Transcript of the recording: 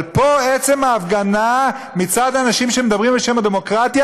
אבל פה עצם ההפגנה מצד אנשים שמדברים בשם הדמוקרטיה,